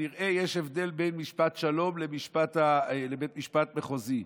כנראה יש הבדל בין בית משפט שלום לבית משפט מחוזי.